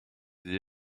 the